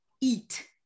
eat